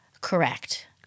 Correct